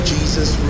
Jesus